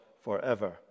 forever